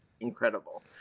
incredible